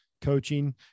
coaching